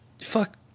fuck